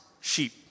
sheep